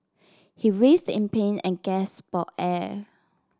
he writhed in pain and gasped for air